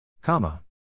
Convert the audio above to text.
comma